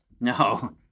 No